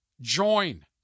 join